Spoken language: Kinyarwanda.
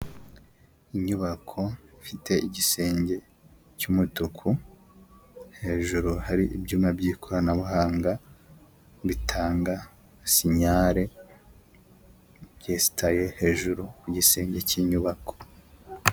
Inyubako ifite igisenge cy'umutuku, hejuru hari ibyuma by'ikoranabuhanga bitanga sinyare, byesitaye hejuru ku gisenge cy'inyubako.